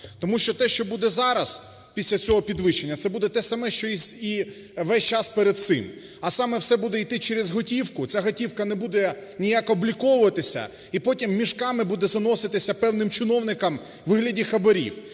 Тому що те, що буде зараз після цього підвищення, це буде те саме, що і весь час перед цим, а саме все буде йти через готівку, ця готівка не буде ніяк обліковуватися, і потім мішками буде заноситися певним чиновникам у вигляді хабарів.